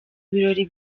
birori